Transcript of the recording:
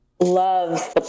loves